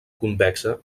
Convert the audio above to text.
convexa